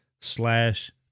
slash